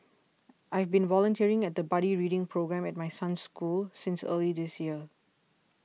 I've been volunteering at the buddy reading programme at my son's school since early this year